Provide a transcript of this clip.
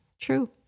true